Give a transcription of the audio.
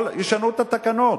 שישבו וישנו את התקנות.